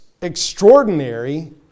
extraordinary